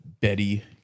Betty